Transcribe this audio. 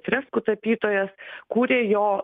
freskų tapytojas kūrė jo